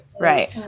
Right